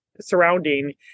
surrounding